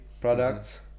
products